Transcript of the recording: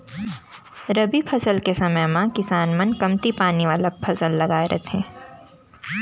रबी फसल के समे म किसान मन कमती पानी वाला फसल लगाए रथें